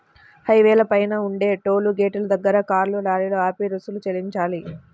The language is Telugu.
హైవేల పైన ఉండే టోలు గేటుల దగ్గర కార్లు, లారీలు ఆపి రుసుము చెల్లించాలి